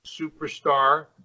Superstar